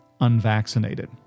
unvaccinated